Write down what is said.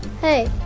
Hey